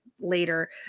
later